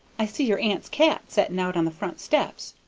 i see your aunt's cat setting out on the front steps.